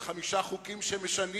של חמישה חוקים שמשנים